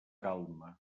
calma